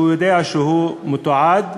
שהוא יודע שהוא מתועד.